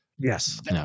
Yes